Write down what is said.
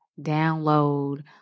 download